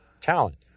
talent